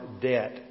debt